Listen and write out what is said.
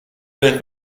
nel